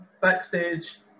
backstage